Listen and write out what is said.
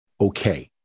okay